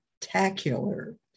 spectacular